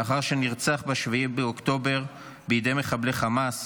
לאחר שנרצח ב-7 באוקטובר בידי מחבלי חמאס